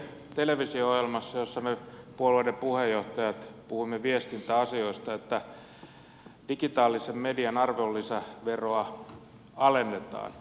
te lupasitte televisio ohjelmassa jossa me puolueiden puheenjohtajat puhuimme viestintäasioista että digitaalisen median arvonlisäveroa alennetaan